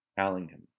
Allingham